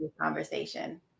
conversation